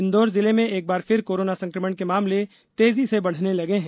इंदौर जिले में भी एक बार फिर कोरोना संक्रमण के मामले तेजी से बढ़ने लगे हैं